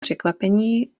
překvapení